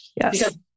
Yes